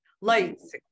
lights